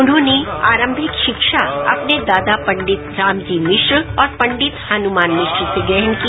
उन्होंने आरंभिक शिक्षा अपने दादा पंडित बड़े रामजी मिश्रा और पंडित हनुमान मिश्र से ग्रहण की